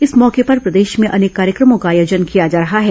इस मौके पर प्रदेश में अनेक कार्यक्रमों का आयोजन किया जा रहा है